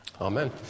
Amen